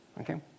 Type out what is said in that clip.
Okay